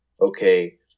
okay